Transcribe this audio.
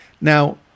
now